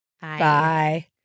Bye